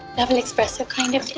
double espresso kind of day?